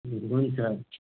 ए हुन्छ हुन्छ